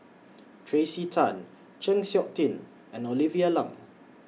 Tracey Tan Chng Seok Tin and Olivia Lum